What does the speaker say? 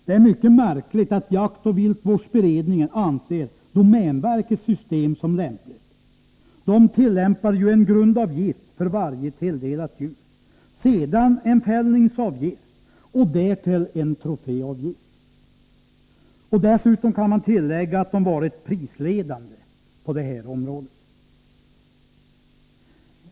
Det är mycket märkligt att jaktoch viltvårdsberedningen anser domänverkets system vara lämpligt. Där tillämpas ju en grundavgift för varje tilldelat djur, sedan en fällningsavgift och därtill en troféavgift. Dessutom kan tilläggas att man varit prisledande på detta område.